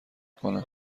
کنم